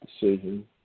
decision